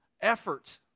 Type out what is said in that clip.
effort